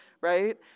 right